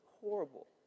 horrible